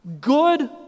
good